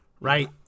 Right